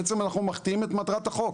בעצם אנחנו מחטיאים את מטרת החוק.